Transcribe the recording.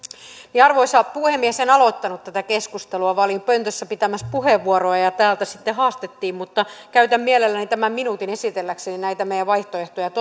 arvoisa puhemies en aloittanut tätä keskustelua vaan olin pöntössä pitämässä puheenvuoroa ja ja täältä sitten haastettiin mutta käytän mielelläni tämän minuutin esitelläkseni näitä meidän vaihtoehtojamme